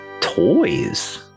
Toys